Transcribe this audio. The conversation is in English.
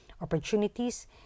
Opportunities